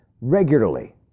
regularly